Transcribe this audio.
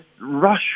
rush